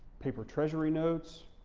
paper treasury notes,